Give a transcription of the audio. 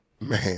Man